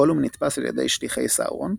גולום נתפס על ידי שליחי סאורון,